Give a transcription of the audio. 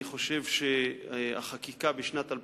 אני חושב שהחקיקה בשנת 2007